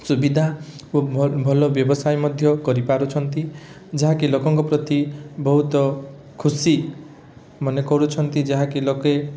ସୁବିଧା ଓ ଭଲ ଭଲ ବ୍ୟବସାୟ ମଧ୍ୟ କରିପାରୁଛନ୍ତି ଯାହାକି ଲୋକଙ୍କ ପ୍ରତି ବହୁତ ଖୁସି ମନେ କରୁଛନ୍ତି ଯାହାକି ଲୋକେ